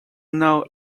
know